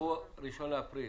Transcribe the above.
קחו 1 באפריל.